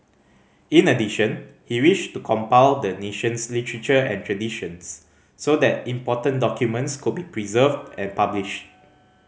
in addition he wished to compile the nation's literature and traditions so that important documents could be preserved and published